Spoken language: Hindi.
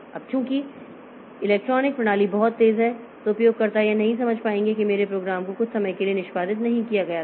अब चूंकि यदि इलेक्ट्रॉनिक प्रणाली बहुत तेज है तो उपयोगकर्ता यह नहीं समझ पाएंगे कि मेरे प्रोग्राम को कुछ समय के लिए निष्पादित नहीं किया गया था